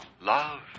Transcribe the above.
Love